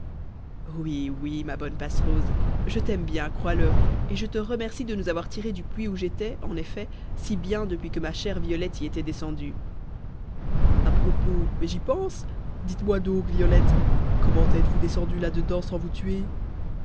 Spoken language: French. oui oui ma bonne passerose je t'aime bien crois-le et je te remercie de nous avoir tirés du puits où j'étais en effet si bien depuis que ma chère violette y était descendue a propos mais j'y pense dites-moi donc violette comment êtes-vous descendue là dedans sans vous tuer